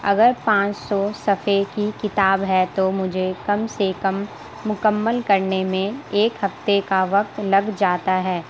اگر پانچ سو صفحے کی کتاب ہے تو مجھے کم سے کم مکمل کرنے میں ایک ہفتے کا وقت لگ جاتا ہے